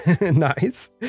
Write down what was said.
Nice